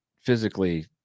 physically